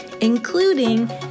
including